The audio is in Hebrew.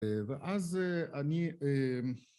‫ואז אני...